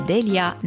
Delia